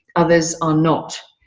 others are not.